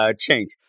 change